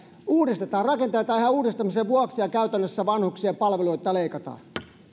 uudistetaan rakenteita ihan uudistamisen vuoksi ja käytännössä vanhuksien palveluita leikataan